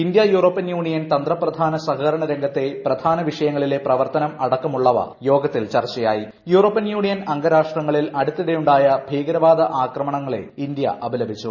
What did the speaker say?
India European Union തന്ത്രപ്രധാന സഹകരണ രംഗ്ലത്തെ പ്രധാന വിഷയങ്ങളിലെ പ്രവർത്തനം അടക്കുമുള്ള്വ യോഗത്തിൽ ചർച്ചയായി യൂറോപ്യൻ യൂണിയൻ ആ്ഗരാഷ്ട്രങ്ങളിൽ അടുത്തിടെയുണ്ടായ ഭീകരവാദ്യ്ക്ക്കമണങ്ങളെ ഇന്ത്യ അപലപിച്ചു